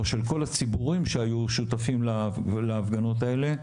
או של כל הציבורים שהיו שותפים להפגנות האלה,